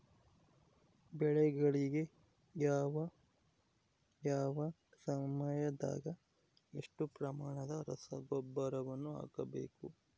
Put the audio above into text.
ಬೆಳೆಗಳಿಗೆ ಯಾವ ಯಾವ ಸಮಯದಾಗ ಎಷ್ಟು ಪ್ರಮಾಣದ ರಸಗೊಬ್ಬರವನ್ನು ಹಾಕಬೇಕು?